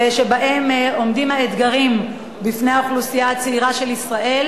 שבהם עומדים אתגרים בפני האוכלוסייה הצעירה של ישראל,